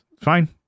fine